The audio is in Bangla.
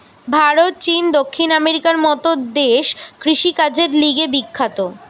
ভারত, চীন, দক্ষিণ আমেরিকার মত দেশ কৃষিকাজের লিগে বিখ্যাত